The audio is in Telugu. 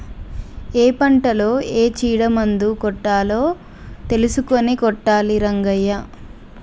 ఏ పంటలో ఏ చీడ మందు కొట్టాలో తెలుసుకొని కొట్టాలి రంగయ్య